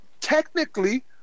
technically